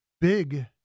big